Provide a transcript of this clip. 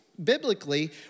Biblically